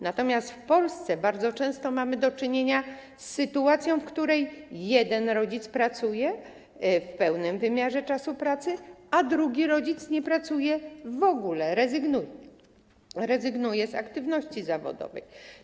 Natomiast w Polsce bardzo często mamy do czynienia z sytuacją, w której jeden rodzic pracuje w pełnym wymiarze czasu pracy, a drugi rodzic nie pracuje w ogóle, rezygnuje z aktywności zawodowej.